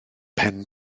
pen